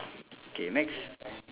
okay next